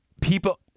People